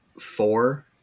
four